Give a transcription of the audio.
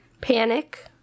Panic